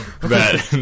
Bad